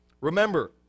Remember